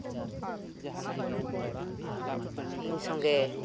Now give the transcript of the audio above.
ᱤᱧ ᱥᱚᱸᱜᱮ